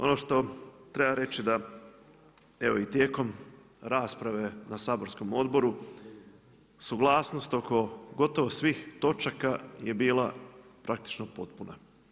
Ono što treba reći da evo i tijekom rasprave na saborskom odboru, suglasnost oko gotovo svih točaka je bila praktično potpuna.